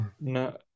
No